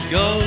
go